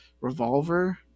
revolver